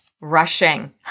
Rushing